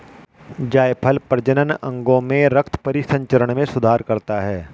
जायफल प्रजनन अंगों में रक्त परिसंचरण में सुधार करता है